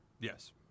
Yes